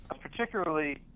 particularly